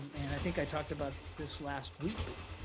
and i think i talked about this last week, but